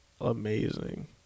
amazing